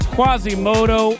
Quasimodo